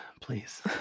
please